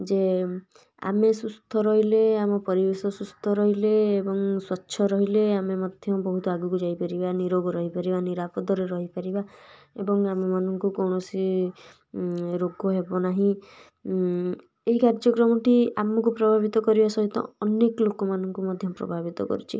ଯେ ଆମେ ସୁସ୍ଥ ରହିଲେ ଆମ ପରିବେଶ ସୁସ୍ଥ ରହିଲେ ଏବଂ ସ୍ୱଚ୍ଛ ରହିଲେ ଆମେ ମଧ୍ୟ ବହୁତ ଆଗକୁ ଯାଇପାରିବା ନିରୋଗ ରହିପାରିବା ନିରାପଦରେ ରହିପାରିବା ଏବଂ ଆମମାନଙ୍କୁ କୌଣସି ରୋଗ ହେବନାହିଁ ଏହି କାର୍ଯ୍ୟକ୍ରମଟି ଆମକୁ ପ୍ରଭାବିତ କରିବା ସହିତ ଅନେକ ଲୋକମାନଙ୍କୁ ମଧ୍ୟ ପ୍ରଭାବିତ କରିଛି